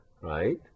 right